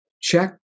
Check